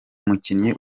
mukinnyi